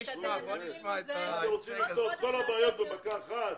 אתם רוצים לפתור את כל הבעיות במכה אחת.